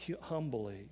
humbly